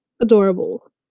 adorable